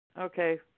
Okay